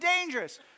dangerous